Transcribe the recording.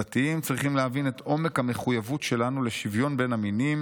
הדתיים צריכים להבין את עומק המחויבות שלנו לשוויון בין המינים,